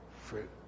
fruit